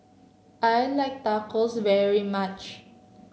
I like Tacos very much